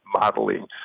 modeling